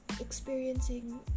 experiencing